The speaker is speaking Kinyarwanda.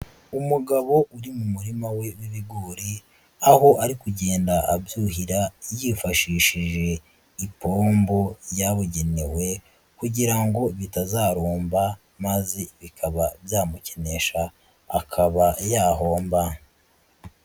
Umugabo uri mu murima we w'ibigori, aho ari kugenda abyuhira yifashishije ipombo yabugenewe kugira ngo bitazarumba, maze bikaba byamukenesha akaba yahomba.